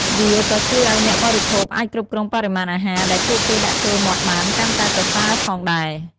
វាក៏ជួយឱ្យអ្នកបរិភោគអាចគ្រប់គ្រងបរិមាណអាហារដែលពួកគេដាក់ចូលមាត់បានកាន់តែប្រសើរផងដែរ។